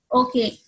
okay